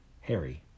Harry